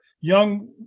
young